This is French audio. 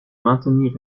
maintenir